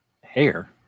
Hair